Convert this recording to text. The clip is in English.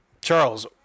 Charles